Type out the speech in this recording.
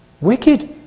wicked